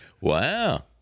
Wow